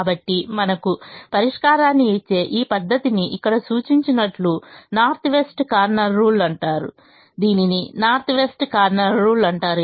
కాబట్టి మనకు పరిష్కారాన్ని ఇచ్చే ఈ పద్ధతిని ఇక్కడ సూచించినట్లు నార్త్ వెస్ట్ కార్నర్ రూల్ అంటారు దీనిని నార్త్ వెస్ట్ కార్నర్ రూల్ అంటారు